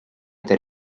that